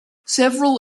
several